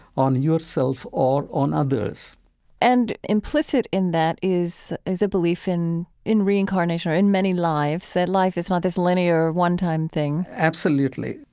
on yourself or on others and implicit in that is a belief in in reincarnation or in many lives, that life is not this linear, one-time thing absolutely.